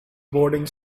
boarding